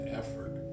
effort